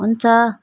हुन्छ